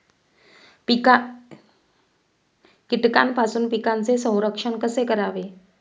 कीटकांपासून पिकांचे संरक्षण कसे करावे?